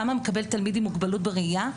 כמה מקבל תלמיד עם מוגבלות בראייה?